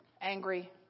Angry